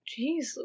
Jeez